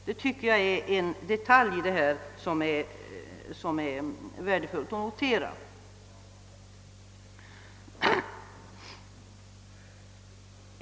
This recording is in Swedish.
Det är en detalj som det är värdefullt att notera.